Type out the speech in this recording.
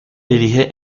dirige